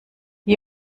die